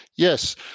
Yes